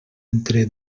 entre